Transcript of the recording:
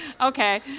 okay